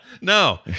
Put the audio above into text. No